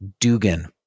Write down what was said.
Dugan